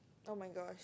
oh-my-gosh